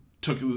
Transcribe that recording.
took